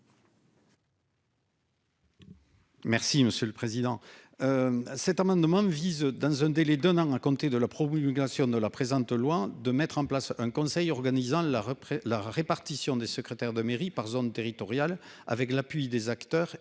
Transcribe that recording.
Merci monsieur le président.